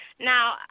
Now